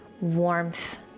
warmth